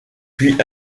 puis